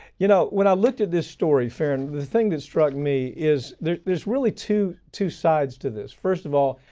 you know when i looked at this story farron, the thing that struck me is there's there's really two two sides to this. first of all,